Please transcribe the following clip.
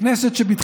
נא